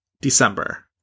December